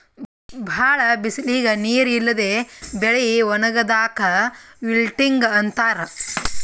ಭಾಳ್ ಬಿಸಲಿಗ್ ನೀರ್ ಇಲ್ಲದೆ ಬೆಳಿ ಒಣಗದಾಕ್ ವಿಲ್ಟಿಂಗ್ ಅಂತಾರ್